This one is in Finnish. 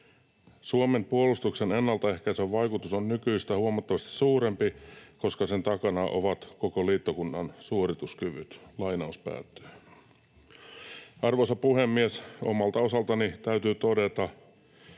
Suomen puolustuksen ennaltaehkäisevä vaikutus on nykyistä huomattavasti suurempi, koska sen takana ovat koko liittokunnan suorituskyvyt.” Arvoisa puhemies! Omalta osaltani täytyy todeta: Kuten